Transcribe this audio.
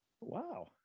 Wow